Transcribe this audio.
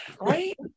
right